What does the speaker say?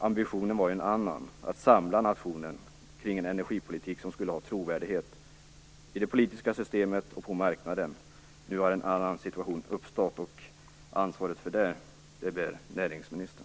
Ambitionen var en annan, att samla nationen kring en energipolitik som skulle ha trovärdighet i det politiska systemet och på marknaden. Nu har en annan situation uppstått, och ansvaret för det bär näringsministern.